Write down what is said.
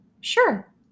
Sure